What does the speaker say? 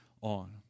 on